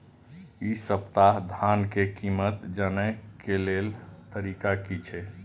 इ सप्ताह धान के कीमत जाने के लेल तरीका की छे?